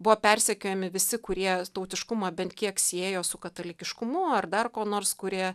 buvo persekiojami visi kurie tautiškumą bent kiek siejo su katalikiškumu ar dar ko nors kurie